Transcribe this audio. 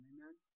Amen